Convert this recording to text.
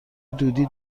دودی